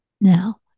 Now